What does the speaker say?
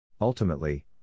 Ultimately